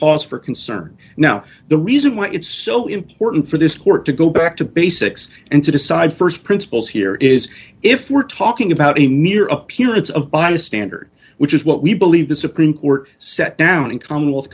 cause for concern now the reason why it's so important for this court to go back to basics and to decide st principles here is if we're talking about a mere appearance of by a standard which is what we believe the supreme court set down in common with